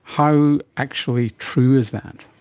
how actually true is that?